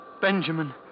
Benjamin